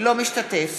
אינו משתתף